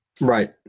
Right